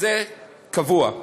וזה קבוע,